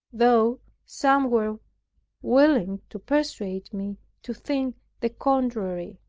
though some were willing to persuade me to think the contrary.